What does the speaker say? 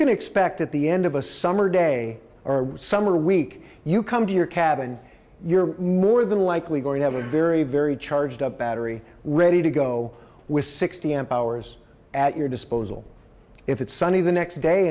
can expect at the end of a summer day or summer week you come to your cabin you're more than likely going to have a very very charged up battery ready to go with sixty amp hours at your disposal if it's sunny the next day